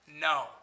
no